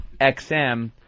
XM